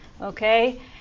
Okay